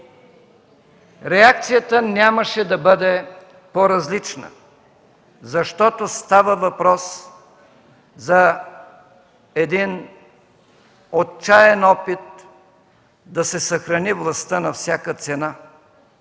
реакцията нямаше да бъде по-различна, защото става въпрос за един отчаян опит да се съхрани властта на всяка цена.